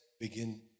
begin